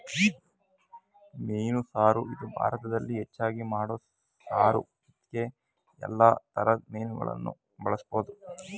ಮೀನು ಸಾರು ಇದು ಭಾರತದಲ್ಲಿ ಹೆಚ್ಚಾಗಿ ಮಾಡೋ ಸಾರು ಇದ್ಕೇ ಯಲ್ಲಾ ತರದ್ ಮೀನುಗಳನ್ನ ಬಳುಸ್ಬೋದು